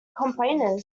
complainers